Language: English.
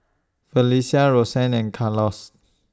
Felecia Rosanne and Carlos